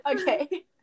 Okay